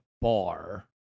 bar